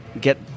get